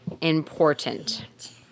important